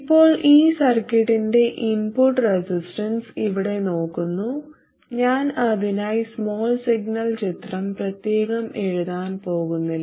ഇപ്പോൾ ഈ സർക്യൂട്ടിന്റെ ഇൻപുട്ട് റെസിസ്റ്റൻസ് ഇവിടെ നോക്കുന്നു ഞാൻ അതിനായി സ്മാൾ സിഗ്നൽ ചിത്രം പ്രത്യേകം എഴുതാൻ പോകുന്നില്ല